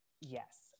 yes